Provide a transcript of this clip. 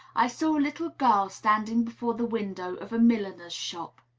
i saw a little girl standing before the window of a milliner's shop.